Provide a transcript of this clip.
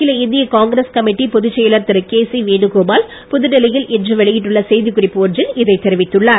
அகில இந்திய Congress committee பொதுச் செயலர் திரு கேசி வேணுகோபால் புதுடெல்லியில் இன்று வெளியிட்டுள்ள செய்திக் குறிப்பு ஒன்றில் இதைத் தெரிவித்துள்ளார்